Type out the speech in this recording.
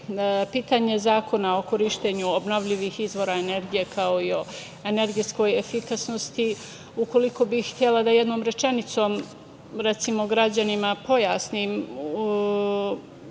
zemlje. Pitanje zakona o korišćenju obnovljivih izvora energije, kao i energetskoj efikasnosti, ukoliko bi htela da jednom rečenicom, recimo, građanima pojasnim